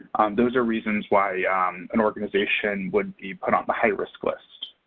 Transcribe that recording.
those are reasons why an organization would be put on the high-risk list.